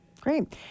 Great